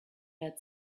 had